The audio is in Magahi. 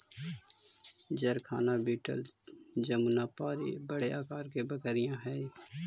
जरखाना बीटल जमुनापारी बड़े आकार की बकरियाँ हई